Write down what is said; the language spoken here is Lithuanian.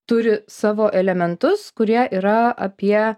turi savo elementus kurie yra apie